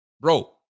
bro